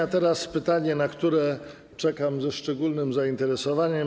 A teraz pytanie, na które czekam ze szczególnym zainteresowaniem.